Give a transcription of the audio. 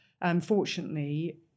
Unfortunately